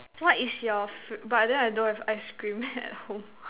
what is your food but then I don't have ice cream at home